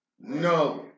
no